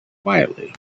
quietly